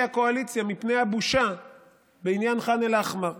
הקואליציה מפני הבושה בעניין ח'אן אל-אחמר.